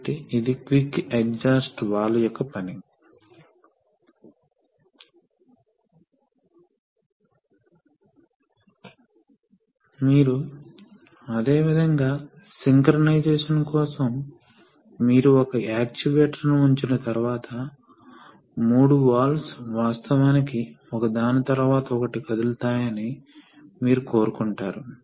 కాబట్టి ఈ relief valve ద్వారా ఈ పంప్ నిజంగా అన్లోడ్ చేయలేము కాబట్టి ఈ రిలీఫ్ వాల్వ్ యొక్క అమరిక కూడా మించిపోయే వరకు ఈ పంప్ డెలివర్ చేస్తూనే ఉంటుంది అన్ని పంపులకు ఓవర్లోడ్ రిలీఫ్ వాల్వ్లను ఉపయోగించి ఓవర్లోడ్ రక్షణ ఉన్నట్లు మీరు చూస్తారు